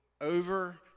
over